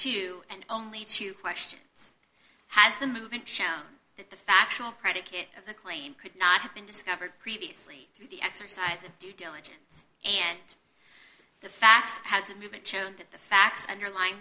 two and only two questions has the movement shown that the factual predicate of the claim could not have been discovered previously through the exercise of due diligence and the facts has movement shown that the facts underlying